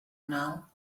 now